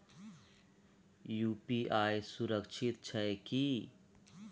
UPI सुरक्षित छै की?